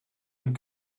and